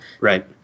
Right